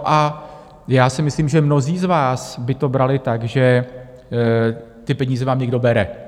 A já si myslím, že mnozí z vás by to brali tak, že ty peníze vám někdo bere.